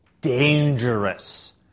dangerous